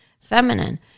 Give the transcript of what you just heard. feminine